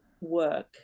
work